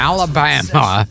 Alabama